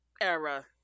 era